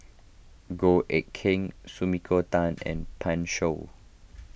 Goh Eck Kheng Sumiko Tan and Pan Shou